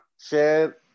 share